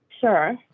Sure